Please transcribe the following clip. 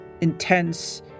intense